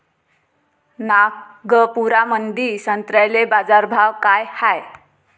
नागपुरामंदी संत्र्याले बाजारभाव काय हाय?